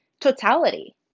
totality